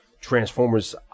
Transformers